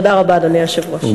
תודה רבה, אדוני היושב-ראש.